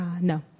No